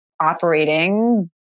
operating